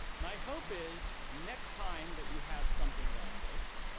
my hope is, next time that you have something like this,